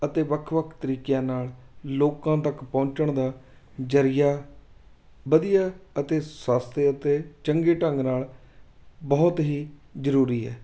ਅਤੇ ਵੱਖਵੱ ਖ ਤਰੀਕਿਆਂ ਨਾਲ ਲੋਕਾਂ ਤੱਕ ਪਹੁੰਚਣ ਦਾ ਜ਼ਰੀਆ ਵਧੀਆ ਅਤੇ ਸਸਤੇ ਅਤੇ ਚੰਗੇ ਢੰਗ ਨਾਲ ਬਹੁਤ ਹੀ ਜ਼ਰੂਰੀ ਹੈ